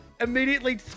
Immediately